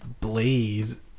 Blaze